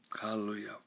Hallelujah